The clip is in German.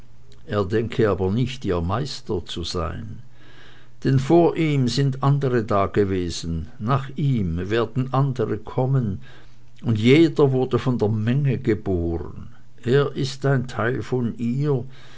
er denke aber nicht ihr meister zu sein denn vor ihm sind andere dagewesen nach ihm werden andere kommen und jeder wurde von der menge geboren er ist ein teil von ihr